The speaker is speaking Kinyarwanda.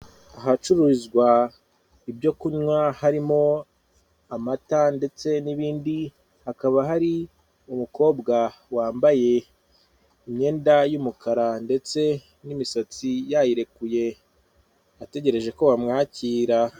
Ahacuruzwa ibyo kunywa harimo amata ndetse n'ibindi, hakaba hari umukobwa wambaye imyenda y'umukara ndetse n'imisatsi yayirekuye ategereje ko bamwakira.